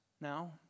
now